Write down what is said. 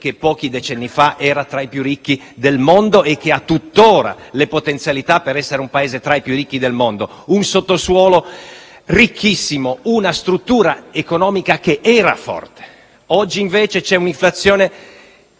che, pochi decenni fa, era tra i più ricchi del mondo e che ha tutt'ora le potenzialità per essere tra i Paesi più ricchi, con un sottosuolo ricchissimo e una struttura economica che era forte. Oggi c'è invece un'inflazione